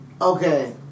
Okay